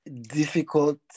difficult